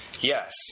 Yes